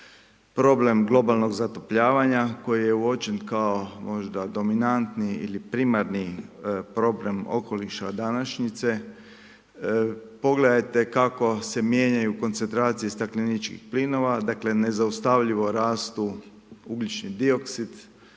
problem globalnog zatopljavanja, koji je uočen kao možda dominantni ili primarni problem okoliša današnjice, pogledajte kako se mijenjaju koncentracije stakleničkih plinova, dakle, nezaustavljivo rastu, ugljični dioksid,